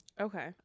okay